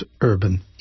urban